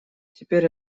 теперь